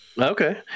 Okay